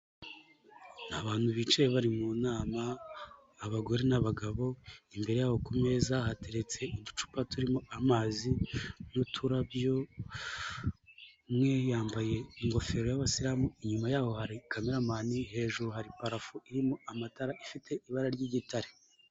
Abantu bicaye bari mu nama, abagore n'abagabo, imbere yabo ku meza hateretse uducupa turimo amazi n'uturabyo, umwe yambaye ingofero y'Abasilamu, inyuma y'aho hari Kameramani, hejuru hari parafo irimo amatara ifite ibara ry'igitare.